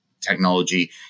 technology